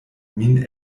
min